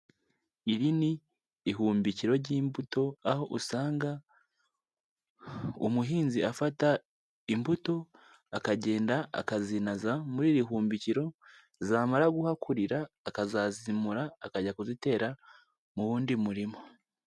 Iri ni ihumbikiro ry'imbuto, aho usanga umuhinzi afata imbuto akagenda akazinaza muri irihumbikiro zamara guhakurira akazazimura akajya kuzitera mu wundi murima.